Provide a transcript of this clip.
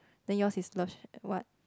then yours is love shack what